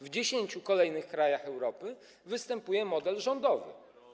W 10 kolejnych krajach Europy występuje model rządowy.